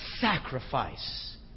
sacrifice